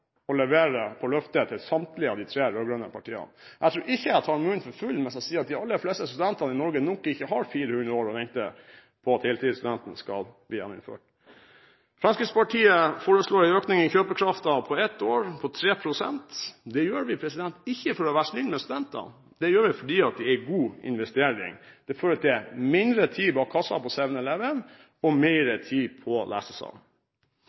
å levere på løftet til samtlige av de tre rød-grønne partiene. Jeg tror ikke jeg tar munnen for full hvis jeg sier at de aller fleste studentene i Norge nok ikke kan vente 400 år på at heltidsstudenten skal bli gjeninnført. Fremskrittspartiet foreslår en økning i kjøpekraften med 3 pst. på ett år. Det gjør vi ikke for å være snill med studentene – det gjør vi fordi det er en god investering. Det fører til mindre tid bak kassa på 7-Eleven og